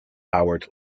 howard